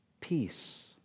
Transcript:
Peace